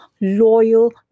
loyal